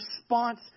response